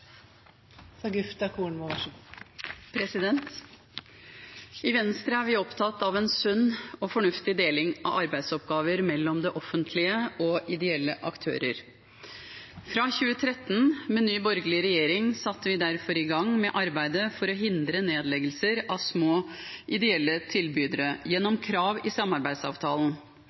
vi opptatt av en sunn og fornuftig deling av arbeidsoppgaver mellom det offentlige og ideelle aktører. Fra 2013, med ny, borgerlig regjering, satte vi derfor i gang arbeidet for å hindre nedleggelser av små ideelle tilbydere gjennom krav i samarbeidsavtalen.